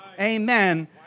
amen